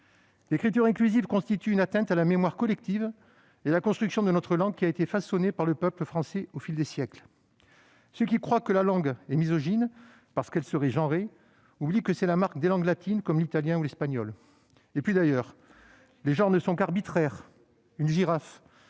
L'écriture inclusive constitue une atteinte à la mémoire collective et à la construction de notre langue, qui a été façonnée par le peuple français au fil des siècles. Ceux qui croient que notre langue est misogyne parce qu'elle serait « genrée » oublient que c'est la marque des langues latines comme l'italien ou l'espagnol. D'ailleurs, les genres ne sont qu'arbitraires : les